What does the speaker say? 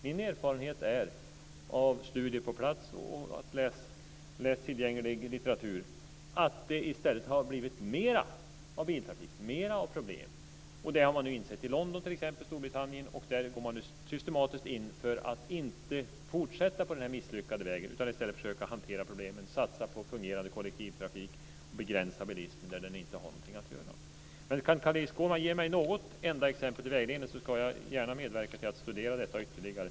Min erfarenhet av studier på plats och genom att läsa tillgänglig litteratur är att det i stället har blivit mer biltrafik och mer problem. Det har man nu insett i London i Storbritannien. Där går man nu systematiskt in för att inte fortsätta på den här misslyckade vägen. I stället försöker man hantera problemen genom att satsa på en fungerande kollektivtrafik och begränsa bilismen där den inte har någonting att göra. Kan Carl-Erik Skårman ge mig något enda exempel till vägledning ska jag gärna medverka till att studera detta ytterligare.